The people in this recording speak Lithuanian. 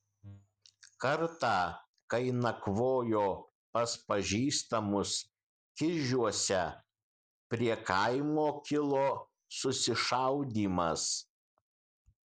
kartą kai nakvojo pas pažįstamus kižiuose prie kaimo kilo susišaudymas